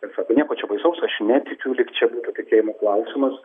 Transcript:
ir sako nieko čia baisaus aš netikiu lyg čia būtų tikėjimo klausimas